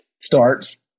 starts